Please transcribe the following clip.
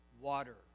water